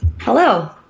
Hello